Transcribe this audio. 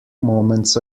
moments